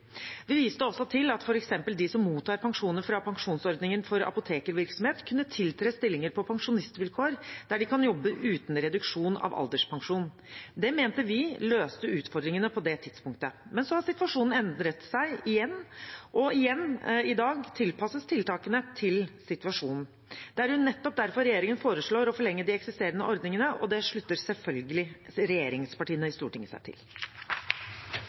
Vi viste også til at f.eks. de som mottar pensjoner fra pensjonsordningen for apotekervirksomhet, kunne tiltre stillinger på pensjonistvilkår der de kan jobbe uten reduksjon av alderspensjon. Det mente vi løste utfordringene på det tidspunktet. Men så har situasjonen endret seg igjen, og i dag tilpasses tiltakene igjen til situasjonen. Det er nettopp derfor regjeringen foreslår å forlenge de eksisterende ordningene, og det slutter selvfølgelig regjeringspartiene i Stortinget seg til.